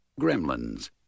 Gremlins